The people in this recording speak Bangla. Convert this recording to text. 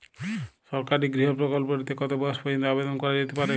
সরকারি গৃহ প্রকল্পটি তে কত বয়স পর্যন্ত আবেদন করা যেতে পারে?